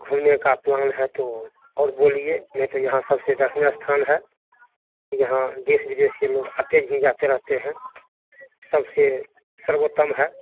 घूमने का प्लान है तो और बोलिए नहीं तो यहाँ सबसे दर्शनीय स्थान है यहाँ देश विदेश से लोग आते ही जाते रहते हैं सबसे सर्वोत्तम है